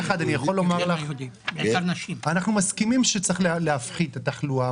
אנחנו מסכימים שצריך להפחית את התחלואה,